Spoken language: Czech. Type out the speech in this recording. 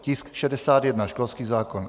Tisk 61, školský zákon.